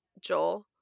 Joel